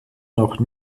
noch